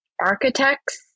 architects